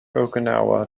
okinawa